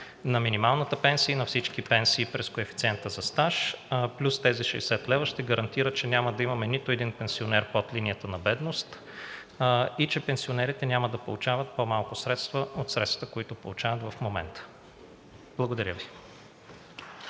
на минималната пенсия и на всички пенсии през коефициента за стаж, плюс тези 60 лв., ще гарантира, че няма да имаме нито един пенсионер под линията на бедност и че пенсионерите няма да получават по-малко средства от средствата, които получават в момента. Благодаря Ви.